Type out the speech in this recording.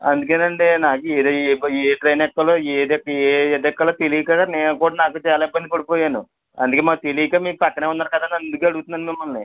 అందుకేనండి నాకు ఇక్కడ ఏ ఏ ట్రైన్ ఎక్కాలో ఏది ఏ ఏదెక్కాలో తెలియక నేను కూడా చాలా ఇబ్బంది పడిపోయాను అందుకే మాకు తెలియక మీరు పక్కనే ఉన్నారు కదా అని అందుకే అడుగుతున్నాను మిమ్మల్ని